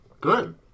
Good